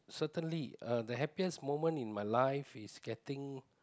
certainly uh the happiest moment in my life is getting